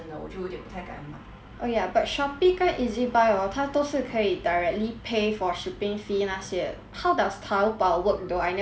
oh ya but Shopee 跟 Ezbuy orh 它都是可以 directly pay for shipping fee 那些 how does Taobao work though I never buy before from Taobao eh